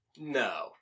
No